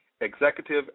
executive